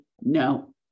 no